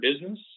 business